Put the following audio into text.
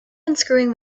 unscrewing